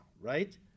right